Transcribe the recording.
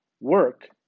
Work